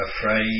afraid